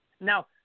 Now